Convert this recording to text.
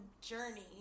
journey